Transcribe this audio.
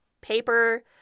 paper